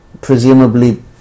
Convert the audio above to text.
presumably